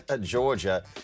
Georgia